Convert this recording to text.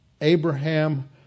Abraham